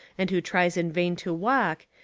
and who tries in vain to walk,